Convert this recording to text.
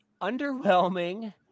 underwhelming